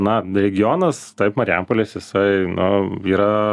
na regionas taip marijampolės jisai nu yra